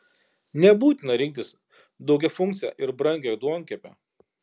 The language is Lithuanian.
nebūtina rinktis daugiafunkcę ir brangią duonkepę